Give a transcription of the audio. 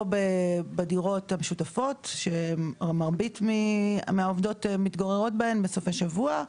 בדירות המשותפות שמרבית מהעובדות מתגוררת בהן בסופי שבוע,